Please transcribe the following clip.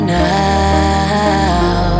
now